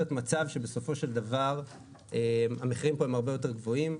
מצב שבסופו של דבר המחירים פה הם הרבה יותר גבוהים,